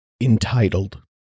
Entitled